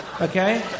Okay